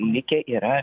likę yra